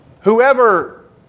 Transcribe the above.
whoever